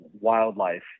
wildlife